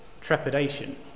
trepidation